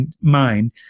mind